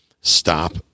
stop